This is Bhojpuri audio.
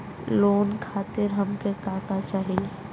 लोन खातीर हमके का का चाही?